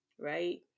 right